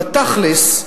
בתכל'ס,